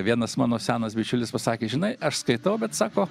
vienas mano senas bičiulis pasakė žinai aš skaitau bet sako